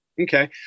Okay